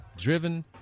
driven